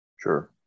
Sure